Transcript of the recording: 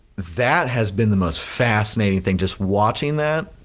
that has been the most fascinating thing just watching that,